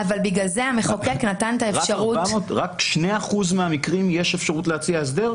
רק ל-2 אחוזים מהמקרים יש אפשרות להציע הסדר?